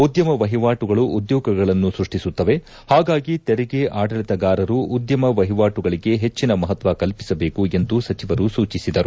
ಉದ್ದಮ ವಹಿವಾಟುಗಳು ಉದ್ದೋಗಗಳನ್ನು ಸೃಷ್ಠಿಸುತ್ತವೆ ಹಾಗಾಗಿ ತೆರಿಗೆ ಆಡಳಿತಗಾರರು ಉದ್ದಮ ವಹಿವಾಟುಗಳಿಗೆ ಹೆಚ್ಚಿನ ಮಹತ್ವ ಕಲ್ಪಿಸಬೇಕು ಎಂದು ಸಚಿವರು ಸೂಚಿಸಿದರು